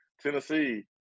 Tennessee